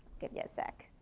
give you a sec.